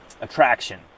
attraction